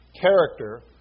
Character